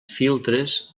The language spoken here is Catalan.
filtres